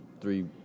three